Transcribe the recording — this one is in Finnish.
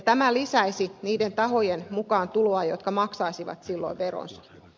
tämä lisäisi niiden tahojen mukaantuloa jotka maksaisivat silloin veronsa